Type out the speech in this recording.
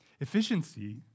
Efficiency